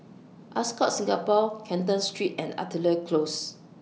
Ascott Singapore Canton Street and Artillery Close